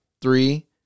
Three